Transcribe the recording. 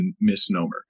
misnomer